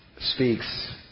speaks